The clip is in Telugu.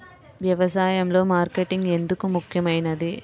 వ్యసాయంలో మార్కెటింగ్ ఎందుకు ముఖ్యమైనది?